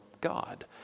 God